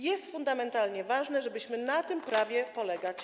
Jest fundamentalnie ważne, żebyśmy na tym prawie mogli polegać.